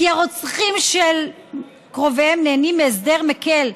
כי הרוצחים של קרוביהן נהנים מהסדר מקל,